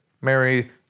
Mary